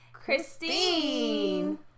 Christine